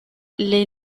les